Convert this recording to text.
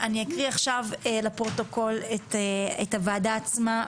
אני אקריא עכשיו לפרוטוקול את הוועדה עצמה,